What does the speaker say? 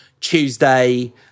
Tuesday